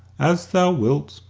as thou wilt,